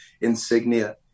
insignia